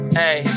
hey